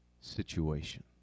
situation